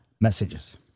messages